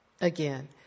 Again